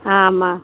అమ్మా